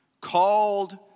called